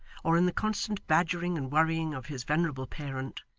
or in the constant badgering and worrying of his venerable parent,